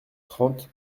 trente